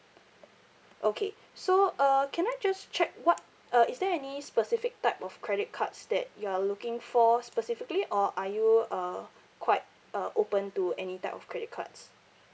okay so uh can I just check what uh is there any specific type of credit cards that you are looking for specifically or are you uh quite uh open to any type of credit cards